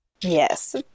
Yes